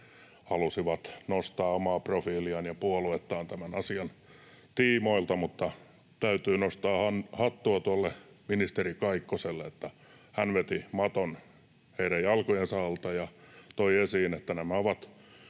halusivat nostaa omaa profiiliaan ja puoluettaan tämän asian tiimoilta. Täytyy nostaa hattua tuolle ministeri Kaikkoselle, sillä hän veti maton heidän jalkojensa alta ja toi esiin, että nämä ovat